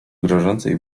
grożącej